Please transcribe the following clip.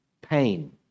Pain